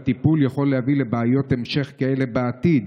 בטיפול יכול להביא לבעיות המשך כאלה בעתיד?